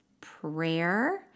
prayer